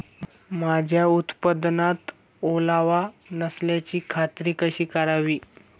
माझ्या उत्पादनात ओलावा नसल्याची खात्री कशी करावी?